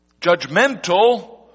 judgmental